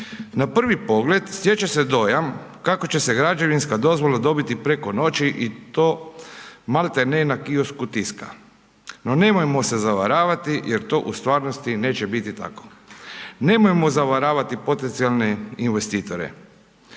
Na prvi pogled, stječe se dojam, kako će se građevinska dozvola dobiti preko noći i to maltene na Kiosku tiska. No nemojmo se zavaravati jer to u stvarnosti neće biti tako. Nemojmo zavaravati potencijalne investitore.